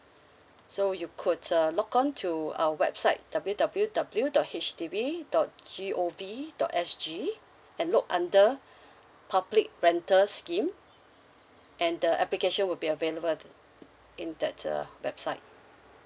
so you could uh log on to our website W W W dot H D B dot G O V dot S G and look under topic rental scheme and the application will be available in that uh website